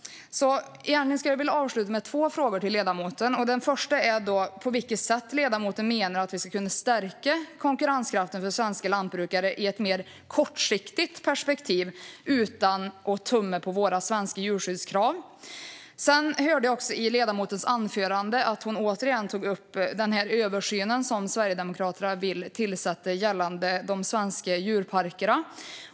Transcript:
Låt mig avsluta med två frågor till ledamoten. För det första: På vilket sätt menar ledamoten att vi ska kunna stärka konkurrenskraften för svenska lantbrukare i ett mer kortsiktigt perspektiv utan att tumma på våra svenska djurskyddskrav? För det andra: Ledamoten tog i sitt anförande åter upp den översyn Sverigedemokraterna vill göra avseende de svenska djurparkerna.